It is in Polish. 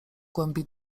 głębi